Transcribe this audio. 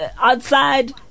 outside